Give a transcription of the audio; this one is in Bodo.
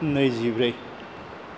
नैजिब्रै